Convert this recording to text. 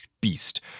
beast